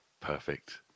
Perfect